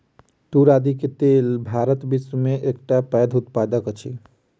तूर आदि के लेल भारत विश्व में एकटा पैघ उत्पादक अछि